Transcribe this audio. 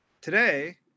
today